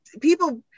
people